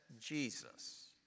Jesus